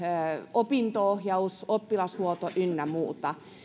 opinto ohjaus oppilashuolto ynnä muuta